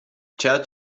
ceea